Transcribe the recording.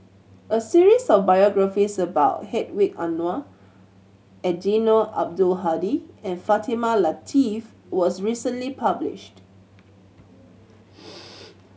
a series of biographies about Hedwig Anuar Eddino Abdul Hadi and Fatimah Lateef was recently published